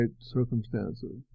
circumstances